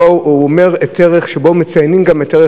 יש בו ערך שבו מציינים גם את ערך